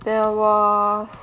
there was